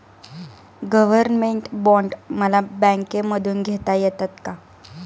Government bond मला बँकेमधून घेता येतात का?